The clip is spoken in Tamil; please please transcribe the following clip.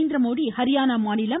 நரேந்திரமோடி ஹரியானா மாநிலம்